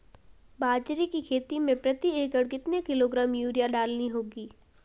बाजरे की खेती में प्रति एकड़ कितने किलोग्राम यूरिया डालनी होती है?